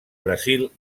brasil